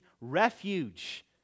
refuge